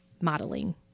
modeling